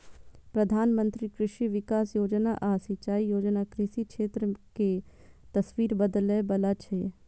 प्रधानमंत्री कृषि विकास योजना आ सिंचाई योजना कृषि क्षेत्र के तस्वीर बदलै बला छै